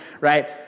right